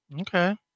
Okay